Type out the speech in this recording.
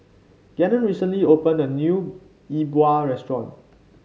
Gannon recently opened a new Yi Bua Restaurant